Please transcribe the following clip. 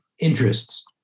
Interests